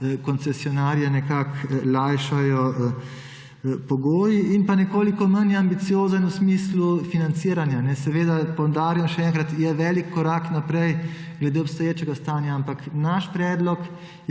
koncesionarja nekako lajšajo pogoji in nekoliko manj je ambiciozen v smislu financiranja. Seveda, poudarjam še enkrat, je velik korak naprej glede obstoječega stanja, ampak naš predlog